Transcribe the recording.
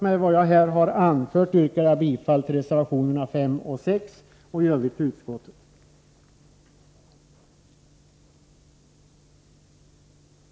Med vad jag här har anfört yrkar jag bifall till reservationerna 5 och 6 och i övrigt till utskottets hemställan.